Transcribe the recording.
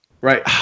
right